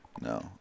No